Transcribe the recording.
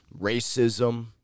racism